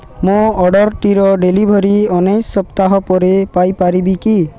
ମୋର ଅର୍ଡ଼ର୍ଟିର ଡେଲିଭରି ଉଣେଇଶ ସପ୍ତାହ ପରେ ପାଇପାରିବି କି